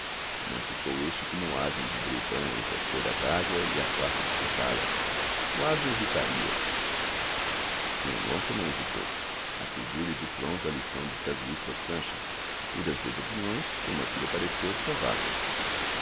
não ficou este como o asno de buridan entre a selha dágua e a quarta de cevada o asno hesitaria mendonça não hesitou acudiu-lhe de pronto a lição do casuísta sánchez e das duas opiniões tomou a que lhe pareceu provável